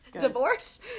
Divorce